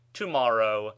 tomorrow